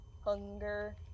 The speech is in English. hunger